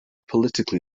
politically